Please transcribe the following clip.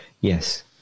yes